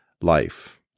life